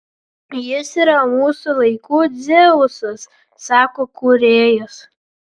jis yra mūsų laikų dzeusas sako kūrėjas